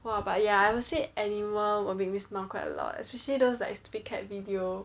!wah! but ya I would say animal would make me smile quite a lot especially those like stupid cat video